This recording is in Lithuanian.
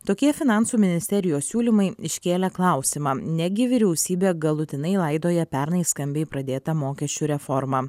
tokie finansų ministerijos siūlymai iškėlė klausimą negi vyriausybė galutinai laidoja pernai skambiai pradėtą mokesčių reformą